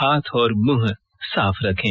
हाथ और मुंह साफ रखें